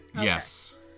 Yes